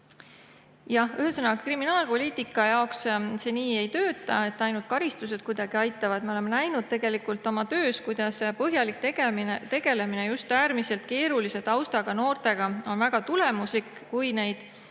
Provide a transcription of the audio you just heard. Ühesõnaga, kriminaalpoliitika seisukohalt see nii ei tööta, et ainult karistused kuidagi aitavad. Me oleme tegelikult oma töös näinud, kuidas põhjalik tegelemine äärmiselt keerulise taustaga noortega on väga tulemuslik, kui neid